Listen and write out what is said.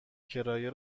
کرایه